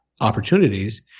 opportunities